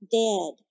dead